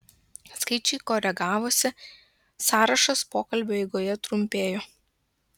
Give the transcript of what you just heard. skaičiai koregavosi sąrašas pokalbio eigoje trumpėjo